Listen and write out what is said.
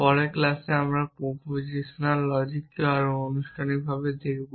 পরের ক্লাসে আমরা প্রপোজিশনাল লজিককে আরও আনুষ্ঠানিকভাবে দেখব